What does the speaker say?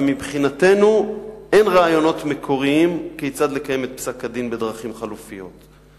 ומבחינתנו אין רעיונות מקוריים כיצד לקיים את פסק-הדין בדרכים חלופיות.